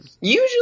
usually